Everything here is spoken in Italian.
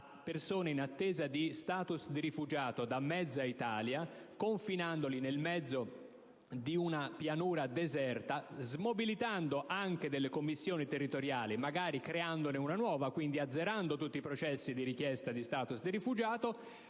persone in attesa di *status* di rifugiato da mezza Italia, confinandole nel mezzo di una pianura deserta, sia le commissioni territoriali, magari creandone una nuova, quindi azzerando tutti processi di richiesta di *status* di rifugiato.